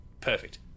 Perfect